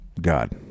God